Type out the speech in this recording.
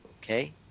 okay